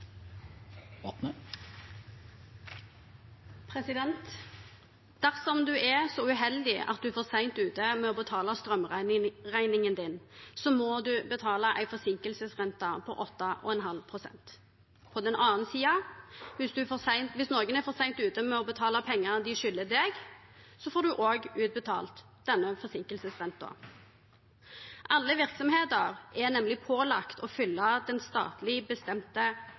Dersom du er så uheldig at du er for seint ute med å betale strømregningen din, må du betale en forsinkelsesrente på 8,5 pst. På den annen side: Hvis noen er for seint ute med å betale pengene de skylder deg, får du også utbetalt denne forsinkelsesrenten. Alle virksomheter er nemlig pålagt å følge den statlig bestemte